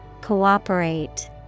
Cooperate